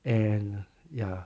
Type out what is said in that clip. and ya